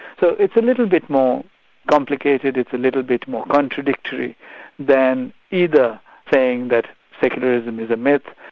so it's a little bit more complicated, it's a little bit more contradictory than either saying that secularism is a myth,